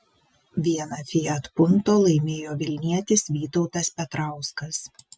vieną fiat punto laimėjo vilnietis vytautas petrauskas